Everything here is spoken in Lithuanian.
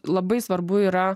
labai svarbu yra